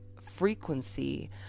frequency